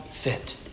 fit